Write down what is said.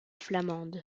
flamande